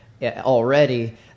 already